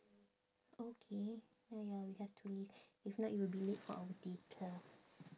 okay ya ya we have to leave if not you will be late for our theatre